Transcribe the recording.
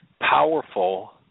powerful